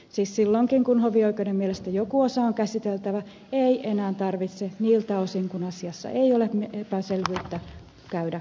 siis silloinkaan kun hovioikeuden mielestä joku osa on käsiteltävä ei enää tarvitse niiltä osin kuin asiassa ei ole epäselvyyttä käydä kaikkea läpi